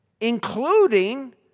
Including